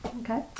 Okay